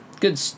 Good